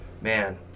man